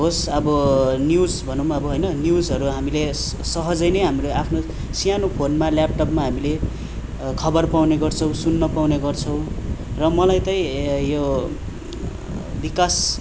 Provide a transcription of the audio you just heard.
होस् अब न्युज भनौँ अब होइन न्युजहरू हामीले सहजै नै हाम्रो आफ्नो सानो फोनमा ल्यापटपमा हामीले खबर पाउने गर्छौँ सुन्न पाउने गर्छौँ र मलाई चाहिँ यो विकास